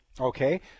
Okay